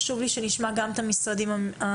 חשוב לי שנשמע גם את המשרדים הממשלתיים.